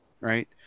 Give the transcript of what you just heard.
right